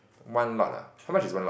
one lot ah how much is one lot